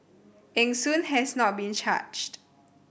Eng Soon has not been charged